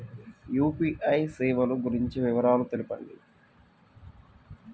UPI సేవలు గురించి వివరాలు తెలుపండి?